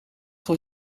voor